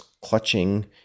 clutching